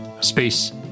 space